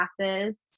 classes